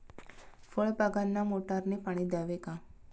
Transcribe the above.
फळबागांना मोटारने पाणी द्यावे का?